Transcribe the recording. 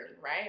right